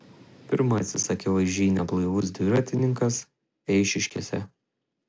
pirmasis akivaizdžiai neblaivus dviratininkas eišiškėse